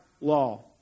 law